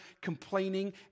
Complaining